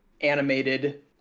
animated